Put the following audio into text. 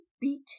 beat